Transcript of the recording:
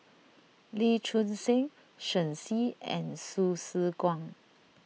Lee Choon Seng Shen Xi and Hsu Tse Kwang